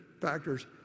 factors